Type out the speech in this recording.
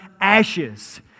ashes